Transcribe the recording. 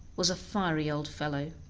was a fiery old fellow,